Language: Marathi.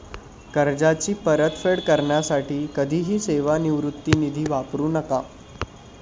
कर्जाची परतफेड करण्यासाठी कधीही सेवानिवृत्ती निधी वापरू नका